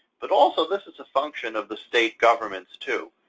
but also this is a function of the state governments, too.